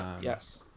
Yes